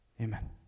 Amen